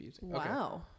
wow